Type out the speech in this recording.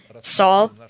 Saul